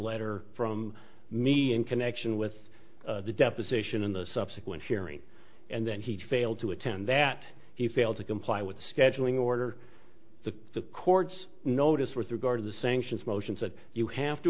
letter from me in connection with the deposition in the subsequent hearing and then he failed to attend that he failed to comply with scheduling order the court's notice with regard to the sanctions motions that you have to